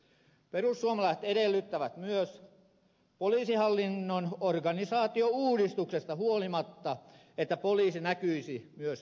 perussuomalaiset edellyttävät myös poliisihallinnon organisaatiouudistuksesta huolimatta että poliisi näkyisi myös reuna alueilla